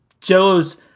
Joe's